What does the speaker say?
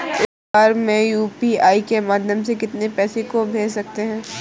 एक बार में यू.पी.आई के माध्यम से कितने पैसे को भेज सकते हैं?